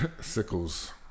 Sickles